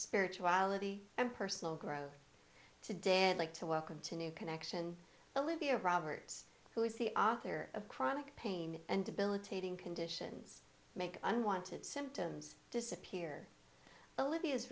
spirituality and personal growth today i'd like to welcome to new connection olivia roberts who is the author of chronic pain and debilitating conditions make unwanted symptoms disappear olivia's